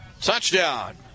touchdown